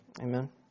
Amen